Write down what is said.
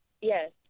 Yes